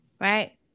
right